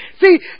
See